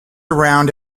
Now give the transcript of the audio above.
around